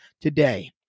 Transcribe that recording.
today